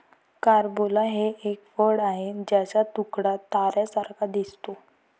carambola हे एक फळ आहे ज्याचा तुकडा ताऱ्यांसारखा दिसतो